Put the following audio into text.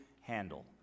handle